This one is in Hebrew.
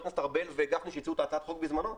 ארבל וח"כ גפני שהציעו את הצעת החוק בזמנו.